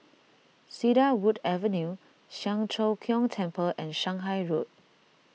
Cedarwood Avenue Siang Cho Keong Temple and Shanghai Road